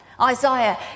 Isaiah